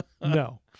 no